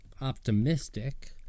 optimistic